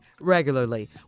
regularly